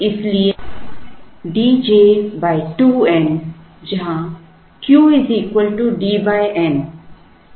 इसलिए D j 2 n जहां Q D n